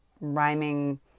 rhyming